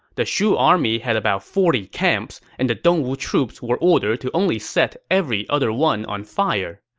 the shu army had about forty camps, and the dongwu troops were ordered to only set every other one on fire.